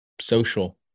Social